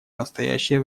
настоящее